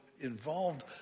involved